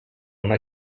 una